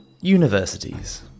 Universities